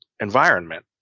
environment